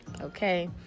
okay